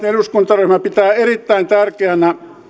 eduskuntaryhmä pitää erittäin tärkeänä